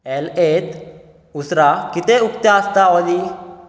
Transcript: ऍलएत उसरां कितें उकतें आसता ऑली